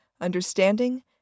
understanding